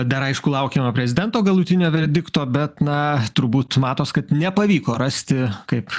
dar aišku laukiama prezidento galutinio verdikto bet na turbūt matos kad nepavyko rasti kaip